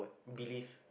believe